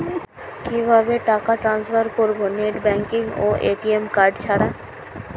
কিভাবে টাকা টান্সফার করব নেট ব্যাংকিং এবং এ.টি.এম কার্ড ছাড়া?